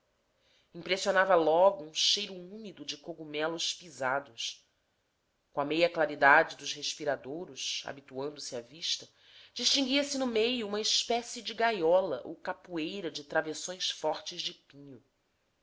impressionava logo um cheiro úmido de cogumelos pisados com a meia claridade dos respiradouros habituando se a vista distinguia-se no meio uma espécie de gaiola ou capoeira de travessões fortes de pinho